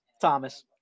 Thomas